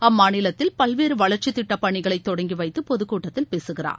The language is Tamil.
அம்மாநிலத்தில் பல்வேறு வளர்க்சித் திட்டப் பனிகளை தொடங்கிவைத்து பொதுக் கூட்டத்தில் பேசுகிறார்